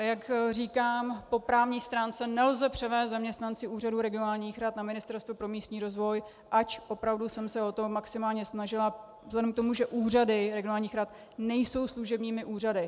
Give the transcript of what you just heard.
Jak říkám, po právní stránce nelze převést zaměstnance úřadů regionálních rad na Ministerstvo pro místní rozvoj, ač opravdu jsem se o to maximálně snažila, vzhledem k tomu, že úřady regionálních rad nejsou služebními úřady.